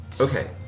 Okay